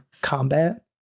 combat